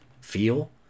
feel